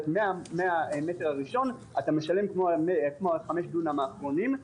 מהמטר הראשון אתה משלם כמו 5 דונם האחרונים.